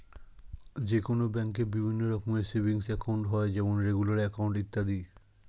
যে কোনো ব্যাঙ্কে বিভিন্ন রকমের সেভিংস একাউন্ট হয় যেমন রেগুলার অ্যাকাউন্ট, ইত্যাদি